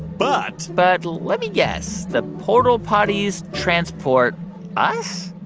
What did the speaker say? but. but let me guess the portal potties transport us?